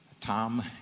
Tom